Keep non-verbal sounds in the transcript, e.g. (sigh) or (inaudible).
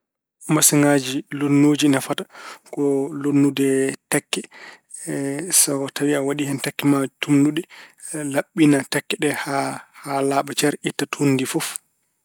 Masiŋaaji lonnooji nafata ko lonnude tekke. (hesitation) so tawi a waɗi hen tekke ma tuumnuɗe, laɓɓina tekke ɗe haa- haa laaɓa cer, itta tuundi ndi fof.